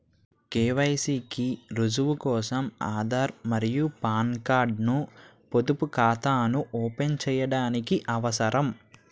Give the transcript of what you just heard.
KYC కి రుజువు కోసం ఆధార్ మరియు పాన్ కార్డ్ ను పొదుపు ఖాతాను ఓపెన్ చేయడానికి అవసరం